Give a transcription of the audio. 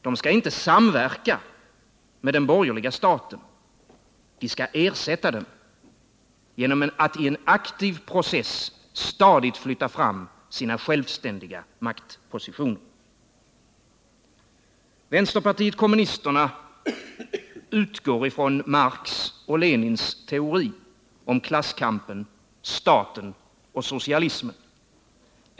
De skall inte samverka med den borgerliga staten. De skall ersätta den — genom att i en aktiv process stadigt flytta fram sina självständiga maktpositioner. Vänsterpartiet kommunisterna utgår från Marx och Lenins teorier om klasskampen, staten och socialismen.